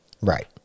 right